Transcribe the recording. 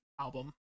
album